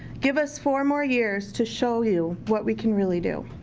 give us four more years to show you what we can really do.